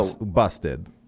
Busted